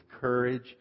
courage